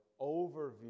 overview